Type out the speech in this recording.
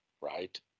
right